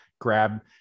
Grab